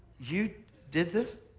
you did this?